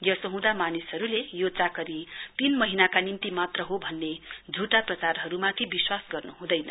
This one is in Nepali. यसो हँदा मानिसहरुले यो चाकरी तीन महीनाका निम्ति मात्र हो भन्ने झुटा प्रचारहरुमाथि विश्वास गर्नुहुँदैन